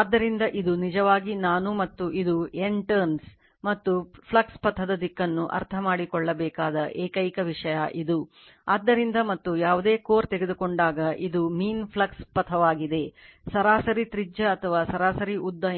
ಆದ್ದರಿಂದ ಇದು ನಿಜವಾಗಿ ನಾನು ಮತ್ತು ಇದು N turns